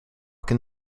can